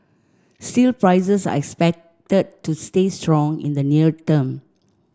steel prices are expected to stay strong in the near term